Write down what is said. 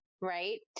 right